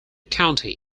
county